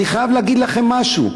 אני חייב להגיד לכם משהו.